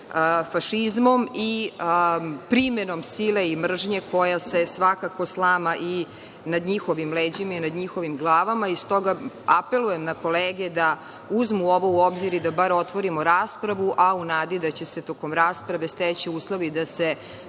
fašizmom i primenom sile i mržnje koja se svakako slama i nad njihovim leđima i nad njihovim glavama. Stoga, apelujem na kolega da uzmu ovo u obzir i da bar otvorimo raspravu, a u nadu da će se tokom rasprave steći uslovi da se